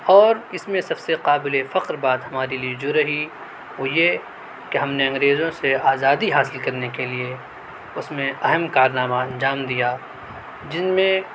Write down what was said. اور اس میں سب سے قابل فخر بات ہمارے لیے جو رہی وہ یہ کہ ہم نے انگریزوں سے آزادی حاصل کرںے کے لیے اس میں اہم کارنامہ انجام دیا جن میں